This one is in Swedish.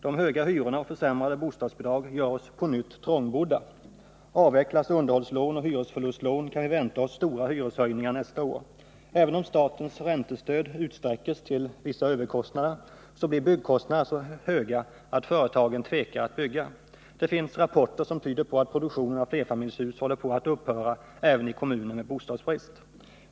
De höga hyrorna och försämrade bostadsbidrag gör oss på nytt trångbodda. Avvecklas underhållsoch hyresförlustlån, kan vi vänta oss stora hyreshöjningar nästa år. Även om statens räntestöd utsträcks till vissa överkostnader blir byggkostnaderna så höga att företagen tvekar att bygga. Det finns rapporter som tyder på att produktionen av flerfamiljshus håller på att upphöra även i kommuner med bostadsbrist.